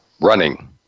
running